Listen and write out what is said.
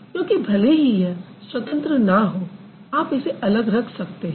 क्योंकि भले ही यह स्वतंत्र न हो आप इसे अलग रख सकते हैं